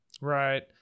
Right